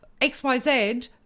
xyz